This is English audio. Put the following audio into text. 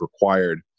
required